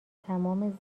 تمام